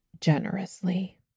generously